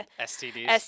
STDs